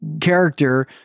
character